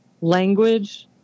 language